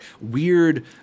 weird